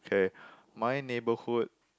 okay my neighbourhood